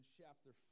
chapter